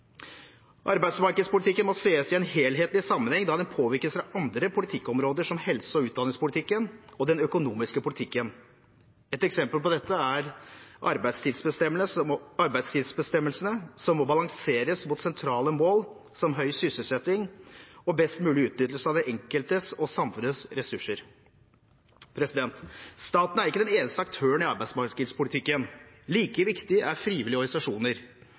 Arbeidsmarkedspolitikken må sees i en helhetlig sammenheng da den påvirkes av andre politikkområder, som helsepolitikken, utdanningspolitikken og den økonomiske politikken. Et eksempel på dette er arbeidstidsbestemmelsene, som må balanseres mot sentrale mål som høy sysselsetting og best mulig utnyttelse av den enkeltes og samfunnets ressurser. Staten er ikke den eneste aktøren i arbeidsmarkedspolitikken. Like viktig er frivillige organisasjoner,